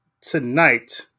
tonight